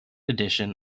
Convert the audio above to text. edition